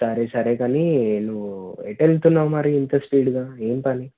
సరే సరే కానీ నువ్వు ఎటు వెళ్తున్నావ్ మరి ఇంత స్పీడ్గా ఏం పని